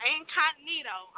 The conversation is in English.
Incognito